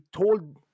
told